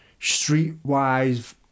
streetwise